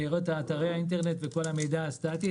להציג באתרי האינטרנט את כל המידע הסטטי.